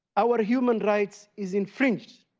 our human rights is infringed.